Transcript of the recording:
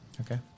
Okay